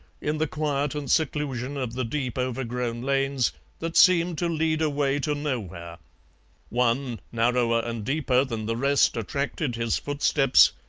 in the quiet and seclusion of the deep overgrown lanes that seemed to lead away to nowhere one, narrower and deeper than the rest, attracted his footsteps,